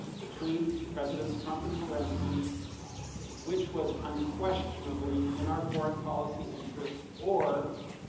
between residents trump and zelensky which was unquestionably, in our foreign-policy interest, or